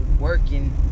working